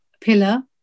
pillar